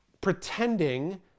pretending